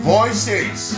Voices